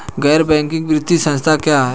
गैर बैंकिंग वित्तीय संस्था क्या है?